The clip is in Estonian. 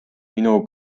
minu